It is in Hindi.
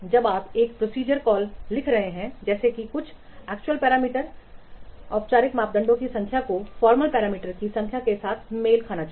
जब आप एक प्रोसीजर कॉल लिख रहे हैं जैसे कि कुछ एक्चुअल पैरामीटर्स औपचारिक मापदंडों की संख्या को फॉर्मल पैरामीटर्सकी संख्या के साथ मेल खाना चाहिए